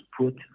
put